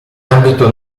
ambito